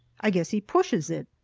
i guess he pushes it.